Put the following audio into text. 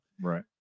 Right